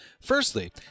Firstly